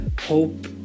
hope